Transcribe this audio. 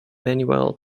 manuel